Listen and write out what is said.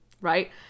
right